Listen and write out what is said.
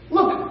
Look